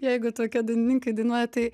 jeigu tokie dainininkai dainuoja tai